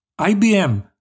IBM